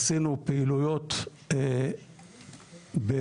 עשינו פעילויות מועטות,